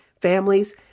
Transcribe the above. families